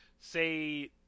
say